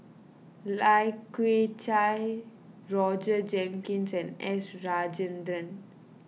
Lai Kew Chai Roger Jenkins and S Rajendran